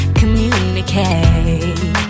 communicate